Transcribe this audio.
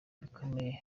bikomeye